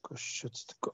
kas čia atsitiko